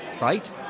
right